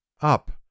Up